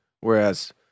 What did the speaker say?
Whereas